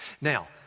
Now